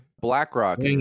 BlackRock